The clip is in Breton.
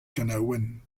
kanaouenn